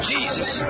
Jesus